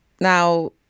now